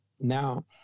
Now